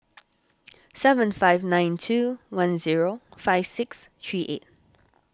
seven five nine two one zero five six three eight